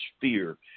fear